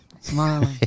Smiling